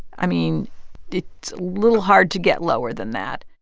i mean, it's a little hard to get lower than that